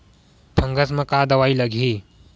Fungus म का दवाई लगी?